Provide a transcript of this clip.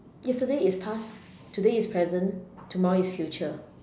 yesterday is past today is present tomorrow is future